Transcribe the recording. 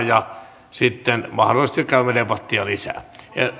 ja sitten mahdollisesti käymme debattia lisää